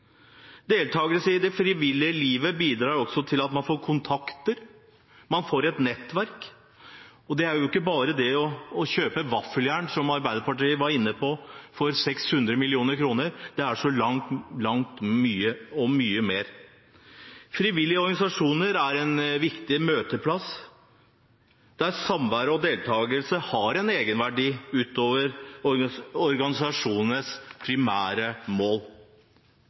i det frivillige liv bidrar også til at man får kontakter og nettverk, og det er ikke bare det å kjøpe vaffeljern, som Arbeiderpartiet var inne på, for 600 mill. kr; det er så mye, mye mer. Frivillige organisasjoner er en viktig møteplass, der samvær og deltakelse har en egenverdi utover organisasjonenes primære mål.